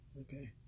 Okay